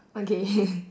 okay